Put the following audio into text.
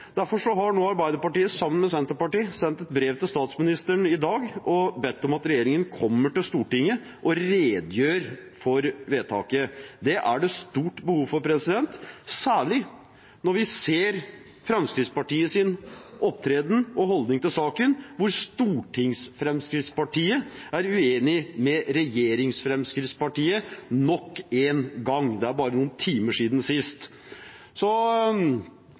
har, sammen med Senterpartiet, sendt et brev til statsministeren i dag og bedt om at regjeringen kommer til Stortinget og redegjør for vedtaket. Det er det stort behov for, særlig når vi ser Fremskrittspartiets opptreden og holdning til saken, hvor Stortings-Fremskrittspartiet er uenig med Regjerings-Fremskrittspartiet nok en gang. Det er bare noen timer siden sist.